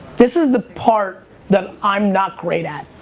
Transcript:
this is the part that i'm not great at.